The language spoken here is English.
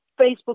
Facebook